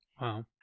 Wow